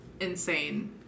insane